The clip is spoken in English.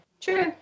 True